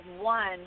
one